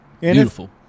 Beautiful